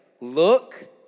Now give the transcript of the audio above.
look